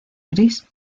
gris